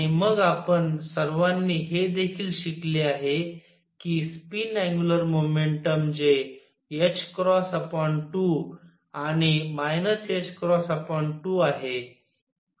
आणि मग आपण सर्वांनी हे देखील शिकले आहे की स्पिन अँग्युलर मोमेंटम जे 2 आणि 2 आहे